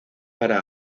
para